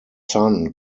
son